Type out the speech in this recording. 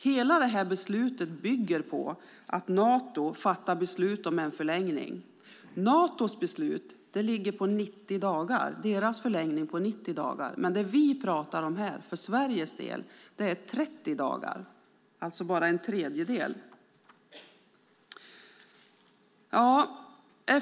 Hela detta beslut bygger på att Nato fattar beslut om en förlängning. Natos förlängning ligger på 90 dagar, men det vi pratar om här för Sveriges del är 30 dagar, alltså bara en tredjedel.